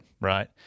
right